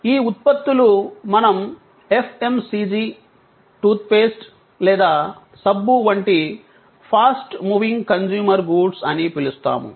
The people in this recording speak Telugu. ఈ ఉత్పత్తులు మనం ఎఫ్ఎమ్సిజి టూత్పేస్ట్ లేదా సబ్బు వంటి ఫాస్ట్ మూవింగ్ కన్స్యూమర్ గూడ్స్ అని పిలుస్తాము